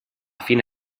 fine